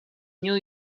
new